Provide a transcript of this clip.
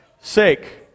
sake